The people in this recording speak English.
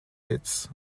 hits